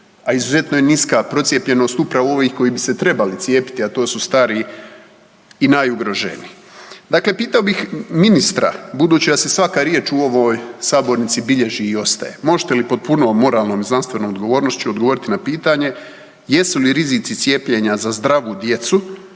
a izuzetno je niska procijepljenost upravo ovih koji bi se trebali cijepiti, a to su stari i najugroženiji. Dakle, pitao bih ministra, budući da se svaka riječ u ovoj sabornici bilježi i ostaje, možete li pod punom moralnom i znanstvenom odgovornošću odgovoriti na pitanje jesu li rizici cijepljenja za zdravu djecu